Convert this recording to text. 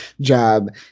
job